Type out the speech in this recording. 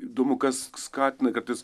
įdomu kas skatina kad jis